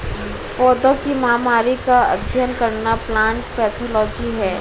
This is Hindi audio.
पौधों की महामारी का अध्ययन करना प्लांट पैथोलॉजी है